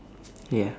ya